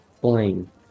Blame